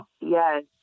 Yes